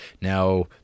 now